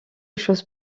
chose